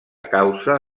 causa